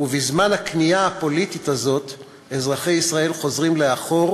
ובזמן הכניעה הפוליטית הזאת אזרחי ישראל חוזרים לאחור